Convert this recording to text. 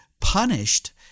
punished